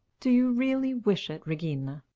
do you really wish it, regina?